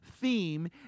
theme